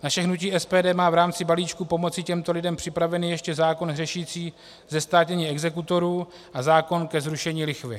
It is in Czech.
Naše hnutí SPD má v rámci balíčku pomoci těmto lidem připravený ještě zákon řešící zestátnění exekutorů a zákon ke zrušení lichvy.